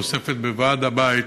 תוספת בוועד הבית.